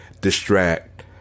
distract